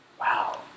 Wow